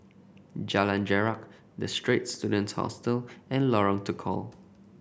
Jalan Jarak The Straits Students Hostel and Lorong Tukol